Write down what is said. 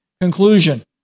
Conclusion